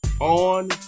on